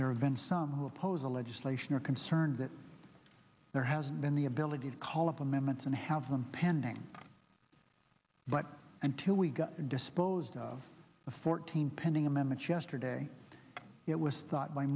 there are events some will oppose the legislation or concern that there has been the ability to call up amendments and have them pending but until we got disposed of the fourteen pending amendments yesterday it was thought by